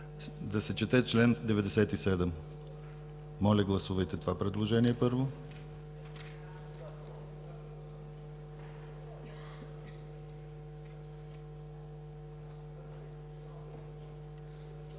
да се чете чл. 97. Моля, гласувайте това предложение, първо.